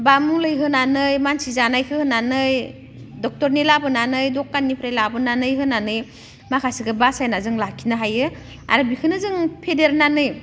बा मुलै होनानै मानसि जानायखौ होनानै डक्ट'रनि लाबोनानै दखाननिफ्राय लाबोनानै होनानै माखासेखौ बासायना जों लाखिनो हायो आरो बेखौनो जों फेदेरनानै